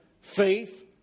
faith